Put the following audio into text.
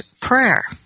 prayer